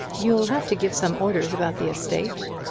you'll have to give some orders about the estate.